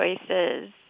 choices